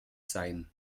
sein